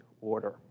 order